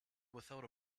without